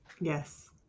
Yes